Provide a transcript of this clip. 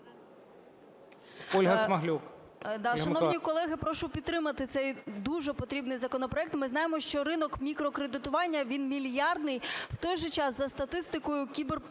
Ольга Смаглюк.